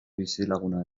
bizilagunak